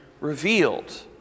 revealed